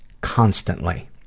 Constantly